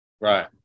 Right